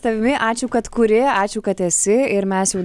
tavimi ačiū kad kuri ačiū kad esi ir mes jau